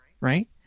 right